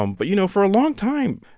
um but, you know, for a long time,